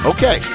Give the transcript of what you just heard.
Okay